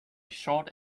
short